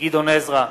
גדעון עזרא,